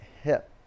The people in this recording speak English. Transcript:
hip